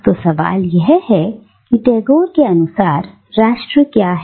तो सवाल यह है कि टैगोर के अनुसार राष्ट्र क्या है